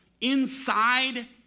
Inside